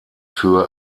für